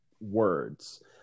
words